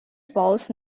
falls